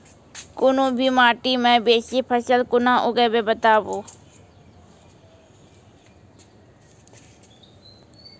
कूनू भी माटि मे बेसी फसल कूना उगैबै, बताबू?